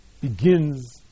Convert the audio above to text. begins